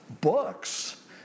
books